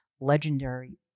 legendary